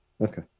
Okay